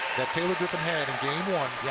that taylor griffin had in game one,